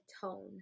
tone